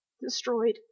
destroyed